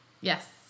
Yes